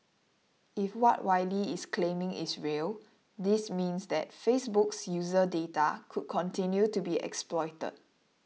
if what Wylie is claiming is real this means that Facebook's user data could continue to be exploited